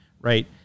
right